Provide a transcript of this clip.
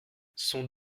son